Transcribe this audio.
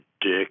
dick